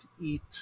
eat